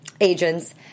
Agents